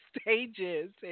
stages